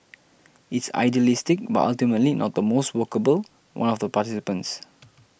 it's idealistic but ultimately not the most workable one of the participants